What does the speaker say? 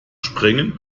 springen